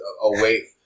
away